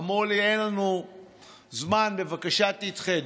אמרו לי: אין לנו זמן, בבקשה תדחה.